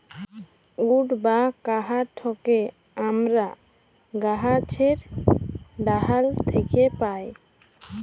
would বা কাহাঠকে আমরা গাহাছের ডাহাল থ্যাকে পাই